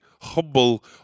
humble